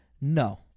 no